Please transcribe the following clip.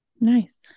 Nice